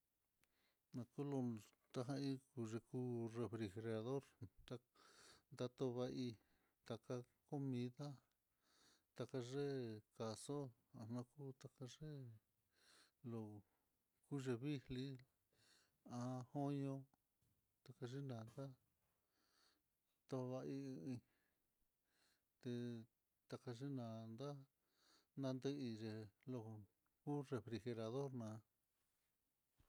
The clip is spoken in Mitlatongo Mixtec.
Nokulun, tajahí kuliku ku refri or, tá datova'í taka comida takaye'e ka'a, xu anaku takaye'e lo'o kuyee vinli, há joyo takane ya'ata, tovai'i te takayenanta nadi ye'é lo hó refri or ná.